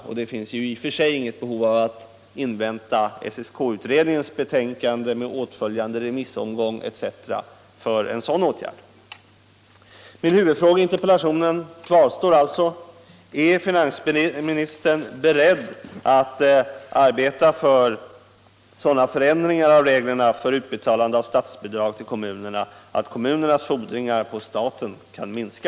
Och det finns i och för sig inget behov av att invänta Min huvudfråga i interpellationen kvarstår alltså: Är finansministern beredd att arbeta för sådana förändringar av reglerna för utbetalande av statsbidrag till kommunerna att kommunernas fordringar på staten kan minska?